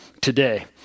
today